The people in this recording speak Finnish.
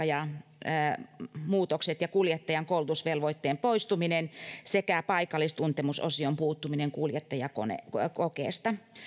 ja asemapaikkamuutokset ja kuljettajan koulutusvelvoitteen poistuminen sekä paikallistuntemusosion puuttuminen kuljettajakokeesta